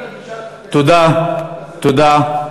תודה, תודה.